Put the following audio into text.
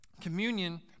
Communion